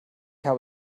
habe